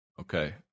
Okay